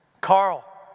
Carl